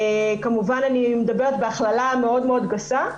כמובן שאני מדברת בהכללה מאוד מאוד גסה.